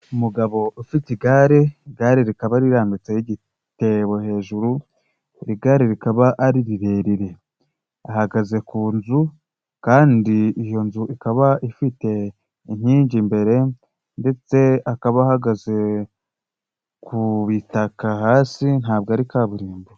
Umugabo ufite igare, igare rikaba rirambitseho igitebo hejuru, igare rikaba ari rirerire, ahagaze ku nzu kandi iyo nzu ikaba ifite inkingi imbere, ndetse akaba ahagaze ku bitaka hasi ntabwo ari kaburimbo.